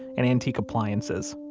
and antique appliances.